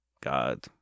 God